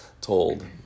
told